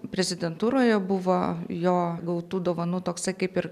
prezidentūroje buvo jo gautų dovanų toksai kaip ir